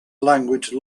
language